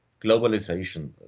globalization